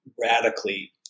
radically